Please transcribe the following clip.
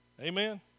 Amen